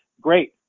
great